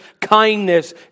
kindness